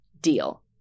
deal